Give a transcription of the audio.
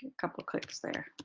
couple clicks there